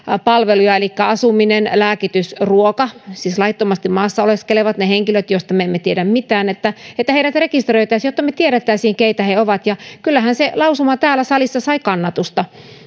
palveluja elikkä asuminen lääkitys ruoka siis laittomasti maassa oleskelevat ne henkilöt joista me emme tiedä mitään rekisteröitäisiin jotta me tietäisimme keitä he ovat ja kyllähän se lausuma täällä salissa sai kannatusta